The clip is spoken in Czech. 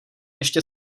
ještě